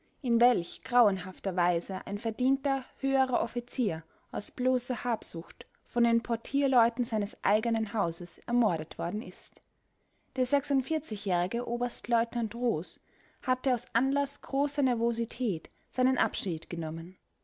in welch grauenhafter weise ein verdienter höherer offizier aus bloßer habsucht von den portierleuten seines eigenen hauses ermordet worden ist der jährige oberstleutnant roos hatte aus anlaß großer nervosität seinen abschied genommen